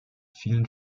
vielen